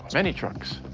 many trucks.